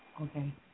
Okay